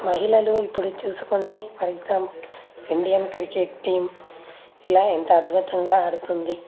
మహిళలు ఇప్పుడు చూసుకుంటే for example Indian cricket team ఇలా ఎంత అద్భుతంగా ఆడుతుంది